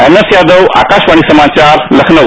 M S Yadav Akashvani समाचार लखनऊ